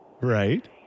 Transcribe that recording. Right